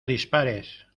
dispares